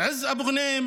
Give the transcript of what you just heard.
עז אבו ע'נים,